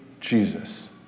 Jesus